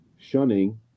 shunning